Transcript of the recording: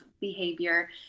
behavior